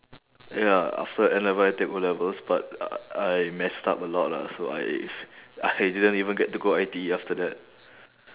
ya after N-level I take O-levels but I messed up a lot lah so I I didn't even get to go I_T_E after that